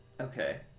Okay